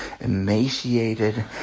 emaciated